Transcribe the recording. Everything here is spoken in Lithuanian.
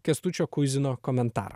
kęstučio kuizino komentarą